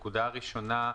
ראשית,